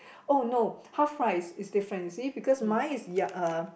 oh no half price is different you see because mine is ya uh